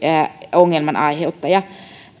ongelman aiheuttaja